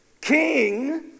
king